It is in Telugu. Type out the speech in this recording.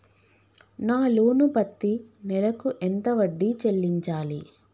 నా లోను పత్తి నెల కు ఎంత వడ్డీ చెల్లించాలి?